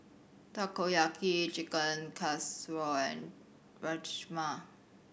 Takoyaki Chicken Casserole and Rajma